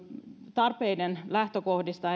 tarpeiden lähtökohdista